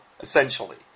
essentially